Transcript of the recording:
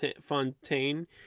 Fontaine